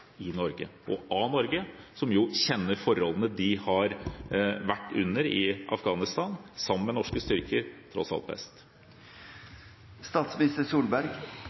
i Norge og av Norge, som tross alt kjenner forholdene de har vært under i Afghanistan sammen med norske styrker,